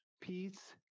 Peace